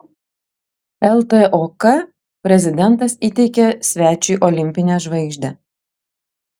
ltok prezidentas įteikė svečiui olimpinę žvaigždę